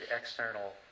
external